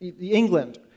England